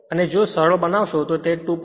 અને જો તેને સરળ બનાવશે તો તે 2